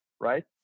right